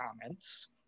comments